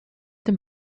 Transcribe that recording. dem